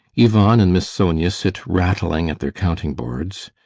ivan and miss sonia sit rattling at their counting-boards,